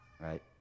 Right